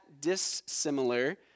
dissimilar